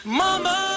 Mama